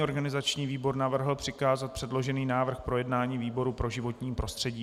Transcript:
Organizační výbor navrhl přikázat předložený návrh k projednání výboru pro životní prostředí.